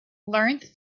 learned